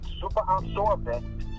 super-absorbent